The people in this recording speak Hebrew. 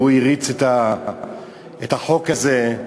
והוא הריץ את החוק הזה,